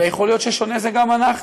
אלא יכול להיות ששונה זה גם אנחנו,